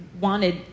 wanted